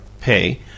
pay